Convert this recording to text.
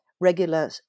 regular